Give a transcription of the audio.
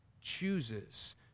chooses